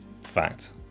fact